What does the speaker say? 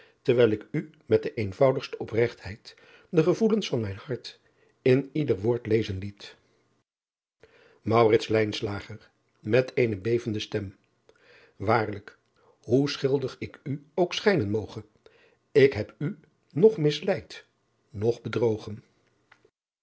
terwijl ik u met de eenvoudigste opregtbeid de gevoelens van mijn hart in ieder woord lezen liet et eene bevende stem aarlijk hoe schuldig ik u schijnen moge ik heb u noch misleid noch bedrogen